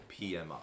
PMI